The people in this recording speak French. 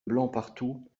blancpartout